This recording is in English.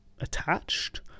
attached